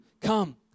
come